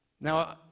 Now